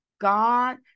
God